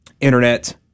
internet